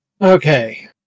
Okay